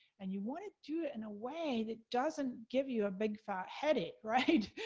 and you wanna do it in a way that doesn't give you a big, fat headache, right?